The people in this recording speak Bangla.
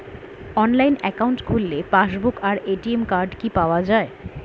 অনলাইন অ্যাকাউন্ট খুললে পাসবুক আর এ.টি.এম কার্ড কি পাওয়া যায়?